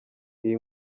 iyi